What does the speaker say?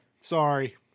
Sorry